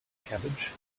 cabbage